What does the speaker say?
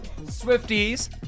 Swifties